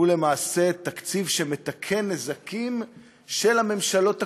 למעשה מתקן נזקים של הממשלות הקודמות,